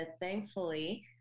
thankfully